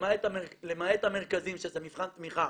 למעט המרכזים, שזה מבחן תמיכה